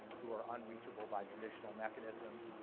who are unreachable by traditional mechanisms,